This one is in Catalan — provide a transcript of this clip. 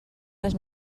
les